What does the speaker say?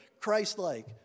Christ-like